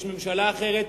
יש ממשלה אחרת.